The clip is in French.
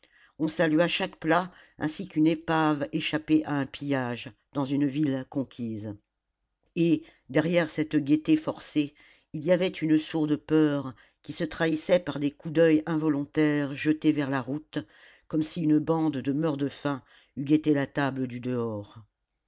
on salua chaque plat ainsi qu'une épave échappée à un pillage dans une ville conquise et derrière cette gaieté forcée il y avait une sourde peur qui se trahissait par des coups d'oeil involontaires jetés vers la route comme si une bande de meurt-de-faim eût guetté la table du dehors